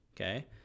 Okay